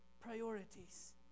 priorities